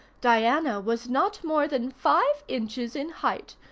diana was not more than five inches in height,